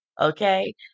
okay